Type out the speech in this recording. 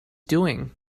doing